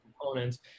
components